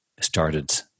started